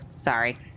Sorry